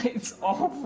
is awful.